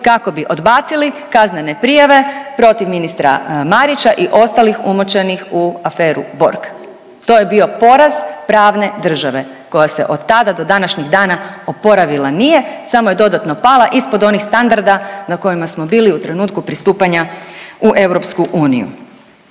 kako bi odbacili kaznene prijave protiv ministra Marića i ostalih umočenih u aferu Borg. To je bio poraz pravne države koja se od tada do današnjeg dana oporavila nije samo je dodatno pala ispod onih standarda na kojima smo bili u trenutku pristupanja u EU.